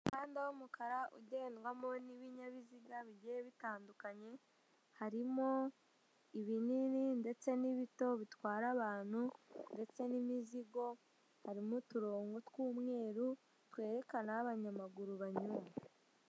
Umuhanda w'umukara ugendwamo n'ibinyabiziga bigiye bitandukanye, harimo ibinini ndetse n'ibito bitwara abantu ndetse n'imizigo, harimo uturongo tw'umweru twerekana aho abantu banyura.